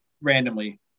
randomly